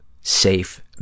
safe